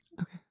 Okay